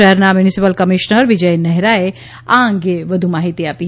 શહેરના municipal commissioner Vijay નેહરાએ આ અંગે વધુ વિગતો આપી